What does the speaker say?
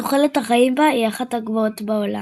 תוחלת החיים בה היא אחת הגבוהות בעולם.